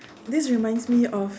this reminds me of